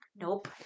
nope